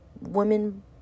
women